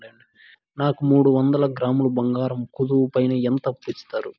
నాకు మూడు వందల గ్రాములు బంగారం కుదువు పైన ఎంత అప్పు ఇస్తారు?